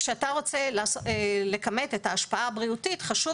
כשאתה רוצה לכמת את ההשפעה הבריאותית חשוב